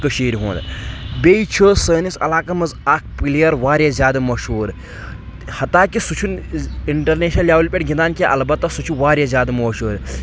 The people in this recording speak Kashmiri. کٔشیٖرِ ہُنٛد بیٚیہِ چھُ سٲنِس علاقس منٛز اکھ پٕلیر واریاہ زیادٕ مشہوٗر ہتاکہِ سُہ چھُنہٕ انٹرنیشنل لیولہِ پٮ۪ٹھ گِنٛدان کینٛہہ البتہ سُہ چھُ واریاہ زیادٕ مشہوٗر